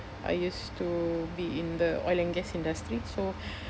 I used to be in the oil and gas industry so